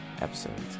episodes